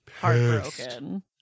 heartbroken